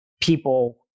people